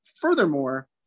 Furthermore